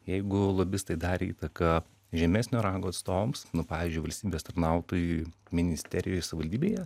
jeigu lobistai darė įtaką žemesnio rango atstovams nu pavyzdžiui valstybės tarnautojui ministerijoj savivaldybėje